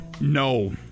No